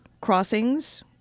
crossings